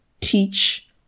teach